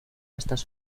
estas